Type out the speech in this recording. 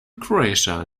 croatia